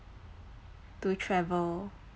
to travel